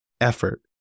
effort